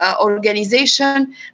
organization